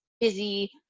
busy